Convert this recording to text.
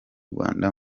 rwanda